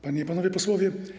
Panie i Panowie Posłowie!